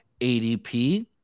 ADP